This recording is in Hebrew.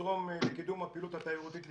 לתרום לקידום הפעילות התיירותית לישראל.